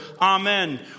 Amen